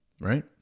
right